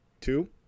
two